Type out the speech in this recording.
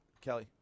Kelly